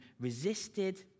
resisted